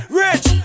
rich